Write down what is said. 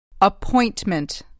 appointment